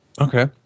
Okay